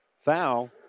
foul